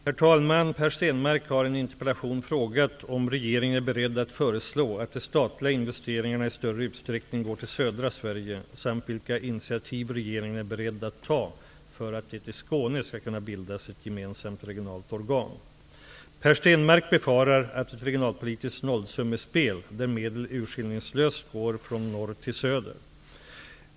Herr talman! Per Stenmarck har i en interpellation frågat om regeringen är beredd att föreslå att de statliga investeringarna i större utsträckning går till södra Sverige samt vilka initiativ regeringen är beredd att ta för att det i Skåne skall kunna bildas ett gemensamt regionalt organ. Per Stenmarck befarar ett regionalpolitiskt nollsummespel, där medel urskiljningslöst går från söder till norr.